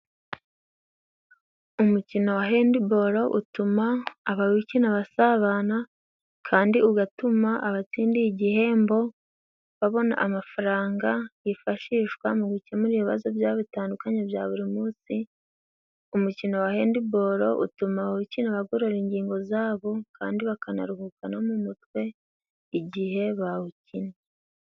Umukino wa handibolo utuma abawukina basabana, kandi ugatuma abatsindiye igihembo babona amafaranga, yifashishwa mu gukemura ibibazo bya bo bitandukanye bya buri munsi, umukino wa handibolo utuma abawukina bagorora ingingo zabo, kandi bakanaruhuka no m'umutwe igihe bawukinnye.